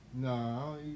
No